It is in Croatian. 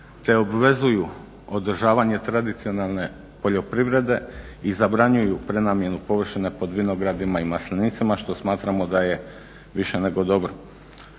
te obvezuju održavanje tradicionalne poljoprivrede i zabranjuju prenamjenu površine pod vinogradima i maslinicima što smatramo da je više nego dobro.